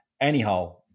Anyhow